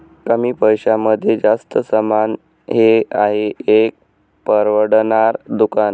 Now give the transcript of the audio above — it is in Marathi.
कमी पैशांमध्ये जास्त सामान हे आहे एक परवडणार दुकान